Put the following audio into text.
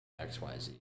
xyz